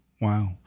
Wow